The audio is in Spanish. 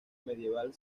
medieval